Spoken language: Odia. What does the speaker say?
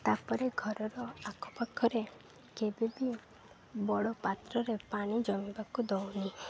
ତାପରେ ଘରର ଆଖପାଖରେ କେବେ ବିି ବଡ଼ ପାତ୍ରରେ ପାଣି ଜମିବାକୁ ଦେଉନି